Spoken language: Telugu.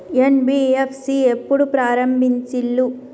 ఎన్.బి.ఎఫ్.సి ఎప్పుడు ప్రారంభించిల్లు?